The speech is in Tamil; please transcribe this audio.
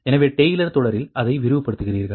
எனவே டெய்லர் தொடரில் அதை விரிவுபடுத்துகிறீர்கள்